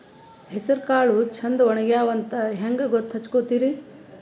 ಹೆಸರಕಾಳು ಛಂದ ಒಣಗ್ಯಾವಂತ ಹಂಗ ಗೂತ್ತ ಹಚಗೊತಿರಿ?